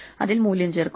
അതിൽ മൂല്യം ചേർക്കുന്നു